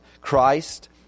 Christ